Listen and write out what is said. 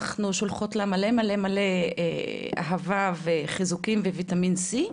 אנחנו שולחות לה מלא מלא מלא אהבה וחיזוקים וויטמין סי,